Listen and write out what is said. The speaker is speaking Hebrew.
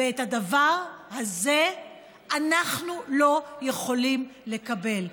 ואת הדבר הזה אנחנו לא יכולים לקבל.